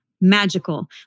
magical